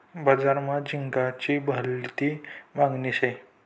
बजार मा झिंगाची भलती मागनी शे